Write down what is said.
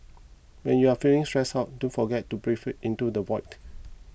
when you are feeling stressed out don't forget to breathe into the void